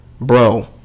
Bro